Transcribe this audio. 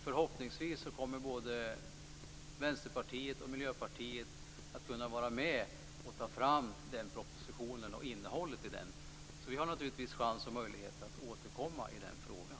Förhoppningsvis kommer både Vänsterpartiet och Miljöpartiet att kunna vara med och ta fram innehållet i den propositionen, så vi har naturligtvis chans och möjlighet att återkomma i den frågan.